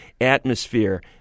atmosphere